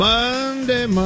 Monday